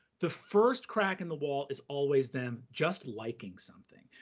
the first crack in the wall is always them just liking something.